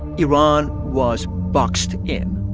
iran was boxed in.